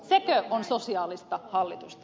sekö on sosiaalista hallitusta